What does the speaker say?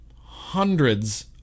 hundreds